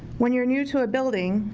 when you're new to a building,